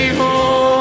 home